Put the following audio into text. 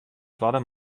twadde